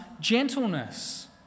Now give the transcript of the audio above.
gentleness